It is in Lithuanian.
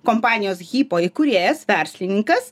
kompanijos hypo įkūrėjas verslininkas